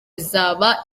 izaba